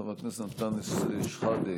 חבר הכנסת אנטאנס שחאדה,